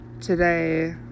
Today